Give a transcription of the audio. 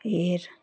এর